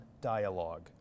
dialogue